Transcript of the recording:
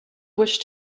wish